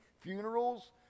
funerals